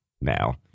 now